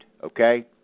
okay